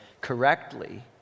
correctly